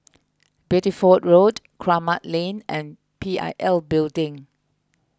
Bideford Road Kramat Lane and P I L Building